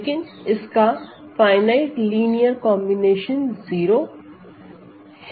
लेकिन यदि इसका फाइनाईट लीनियर कॉम्बिनेशन 0 है